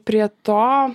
prie to